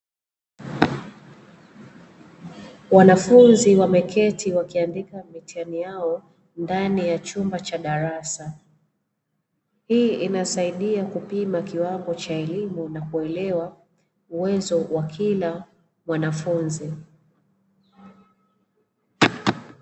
Wanafunzi wameketi wakiandika mitihani yao ndani ya chumba cha darasa. Hii inasaidia kupima kiwango cha elimu na kuelewa uwezo wa kila mwanafunzi.